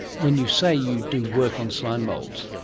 when you say you do work on slime moulds,